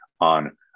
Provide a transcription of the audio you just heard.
on